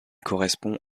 correspond